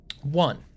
One